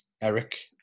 Eric